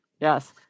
Yes